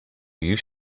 you